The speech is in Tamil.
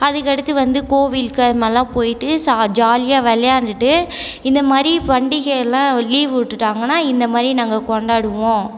அதுக்கு அடுத்து வந்து கோவிலுக்கு அதுமாதிரிலாம் போயிட்டு சா ஜாலியாக விளையாண்டுட்டு இந்தமாதிரி பண்டிகை எல்லாம் லீவ் விட்டுட்டாங்கன்னா இந்தமாதிரி நாங்கள் கொண்டாடுவோம்